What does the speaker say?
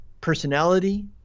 personality